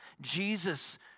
Jesus